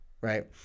Right